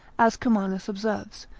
as kommanus observes,